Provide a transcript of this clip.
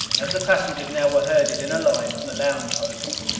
as the passengers now were herded in a line from the lounge oval,